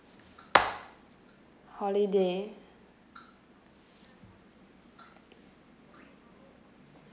holiday